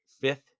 fifth